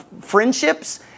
friendships